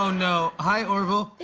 no. hi, orville.